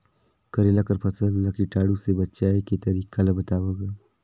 करेला कर फसल ल कीटाणु से बचाय के तरीका ला बताव ग?